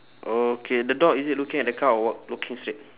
okay the dog is it looking at the car or what looking straight